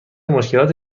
مشکلات